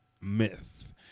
myth